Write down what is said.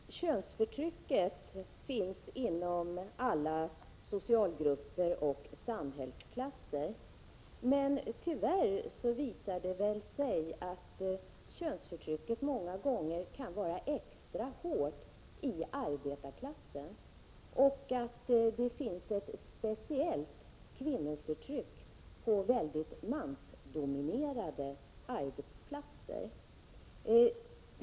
Herr talman! Könsförtrycket finns inom alla socialgrupper och samhällsklasser, men tyvärr visar det sig att könsförtrycket många gånger kan vara extra hårt i arbetarklassen och att det finns ett speciellt kvinnoförtryck på mansdominerade arbetsplatser.